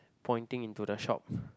pointing into the shop